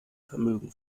vermögen